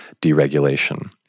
deregulation